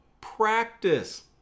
practice